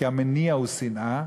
כי המניע הוא שנאה,